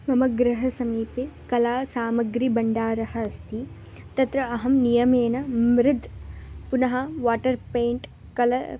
मम गृहसमीपे कलासामग्री भण्डारः अस्ति तत्र अहं नियमेन मृद् पुनः वाटर् पेण्ट् कलर्